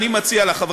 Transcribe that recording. אני מציע לך,